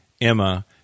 Emma